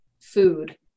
food